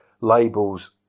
Labels